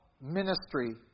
ministry